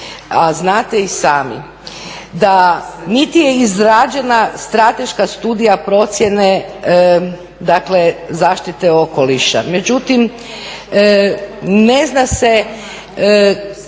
a znate i sami da niti je izrađena strateška studija procjene dakle zaštite okoliša, međutim ne zna se